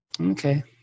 Okay